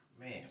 Man